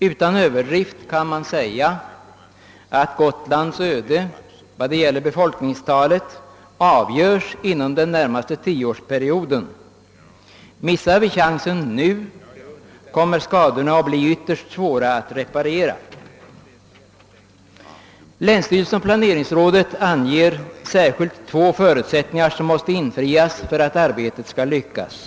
Utan överdrift kan man säga att Gotlands öde beträffande befolkningstalet avgörs under den närmaste tioårsperioden. Missar vi chansen nu kommer skadorna att bli ytterst svåra att reparera. Länsstyrelsen och planeringsrådet anger särskilt två förutsättningar, som måste infrias för att arbetet skall lyckas.